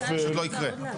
פשוט לא יקרה.